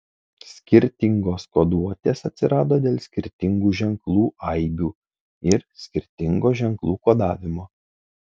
skirtingos koduotės atsirado dėl skirtingų ženklų aibių ir skirtingo ženklų kodavimo